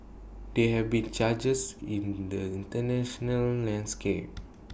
there have been charges in the International landscape